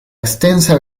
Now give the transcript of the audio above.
extensa